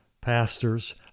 pastors